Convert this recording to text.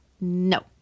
No